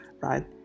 right